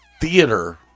theater